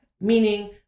meaning